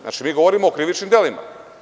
Znači, mi govorimo o krivičnim delima.